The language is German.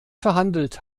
verhandelt